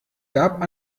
gab